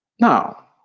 Now